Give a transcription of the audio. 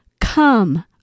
Come